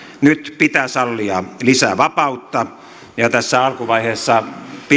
nyt pitää sallia lisää vapautta tässä alkuvaiheessa